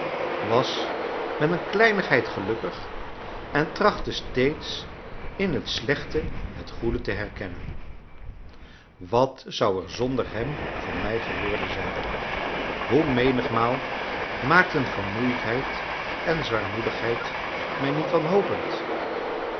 was met een kleinigheid gelukkig en trachtte steeds in het slechte het goede te erkennen wat zou er zonder hem van mij geworden zijn hoe menigmaal maakten vermoeidheid en zwaarmoedigheid mij niet wanhopend